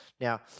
Now